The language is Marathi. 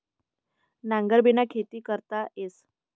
नांगरबिना खेती करता येस